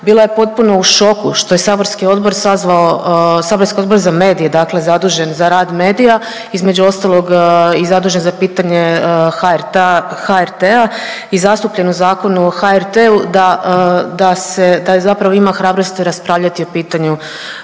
bila je potpuno u šoku što je saborski odbor sazvao, saborski Odbor za medije, dakle zadužen za rad medija između ostalog i zadužen za pitanje HRT-a i zastupljen u Zakonu o HRT-u da, da se, da zapravo ima hrabrosti raspravljati o pitanju,